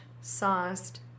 sauced